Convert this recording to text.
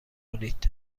کنید